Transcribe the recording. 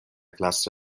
classe